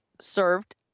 served